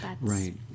Right